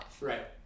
Right